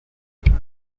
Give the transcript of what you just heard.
afrika